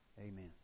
Amen